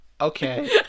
Okay